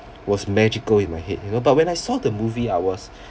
was magical in my head you know but when I saw the movie I was